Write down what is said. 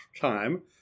time